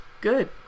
Good